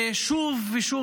ושוב ושוב